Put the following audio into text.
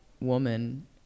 woman